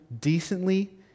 decently